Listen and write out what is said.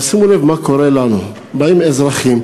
אבל שימו לב מה קורה לנו: באים אזרחים,